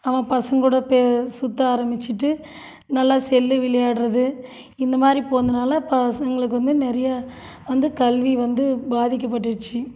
அவன் பசங்களோட பே சுத்த ஆரமிச்சிவிட்டு நல்லா செல்லு விளையாடுறது இந்தமாதிரி போனதுனால பசங்களுக்கு வந்து நிறைய வந்து கல்வி வந்து பாதிக்கப்பட்டுருச்சு